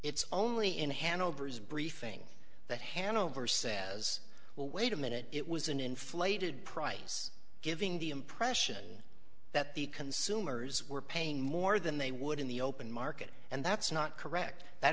it's only in hanover's briefing that hanover says well wait a minute it was an inflated price giving the impression that the consumers were paying more than they would in the open market and that's not correct that